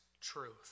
truth